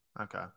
okay